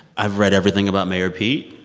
i've read everything about mayor pete.